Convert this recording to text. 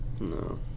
No